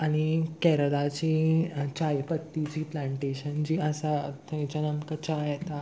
आनी केरलाची च्याय पत्ती जी प्लांटेशन जी आसा थंयच्यान आमकां च्या येता